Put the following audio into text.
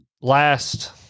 Last